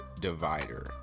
divider